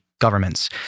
governments